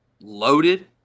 loaded